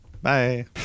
Bye